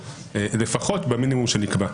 לפחות במינימום שנקבע.